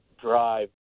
drive